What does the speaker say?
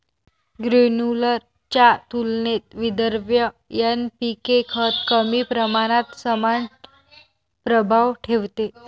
granular च्या तुलनेत विद्रव्य एन.पी.के खत कमी प्रमाणात समान प्रभाव ठेवते